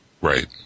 Right